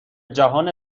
جهان